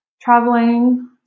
traveling